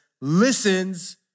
listens